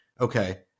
okay